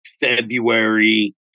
February